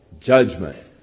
judgment